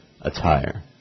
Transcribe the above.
attire